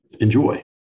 Enjoy